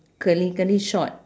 curly curly short